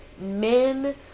men